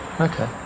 Okay